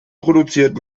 produziert